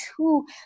two